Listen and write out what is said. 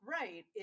right